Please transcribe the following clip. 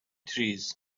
trees